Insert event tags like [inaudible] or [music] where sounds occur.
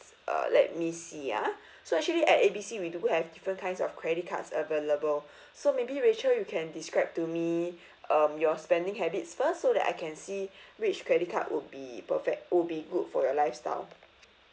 uh let me see ah [breath] so actually at A B C we do have different kinds of credit cards available [breath] so maybe rachel you can describe to me [breath] um your spending habits first so that I can see [breath] which credit card would be perfect would be good for your lifestyle